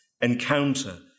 encounter